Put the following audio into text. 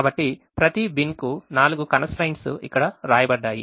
కాబట్టి ప్రతి బిన్కు 4 constraints ఇక్కడ వ్రాయబడ్డాయి